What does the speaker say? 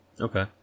Okay